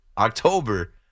October